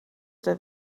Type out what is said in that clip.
der